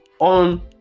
on